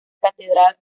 catedral